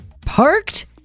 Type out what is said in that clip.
parked